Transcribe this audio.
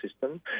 system